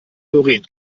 doreen